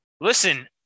Listen